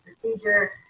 procedure